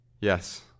Yes